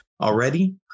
already